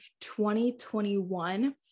2021